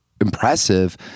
impressive